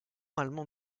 allemand